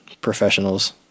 professionals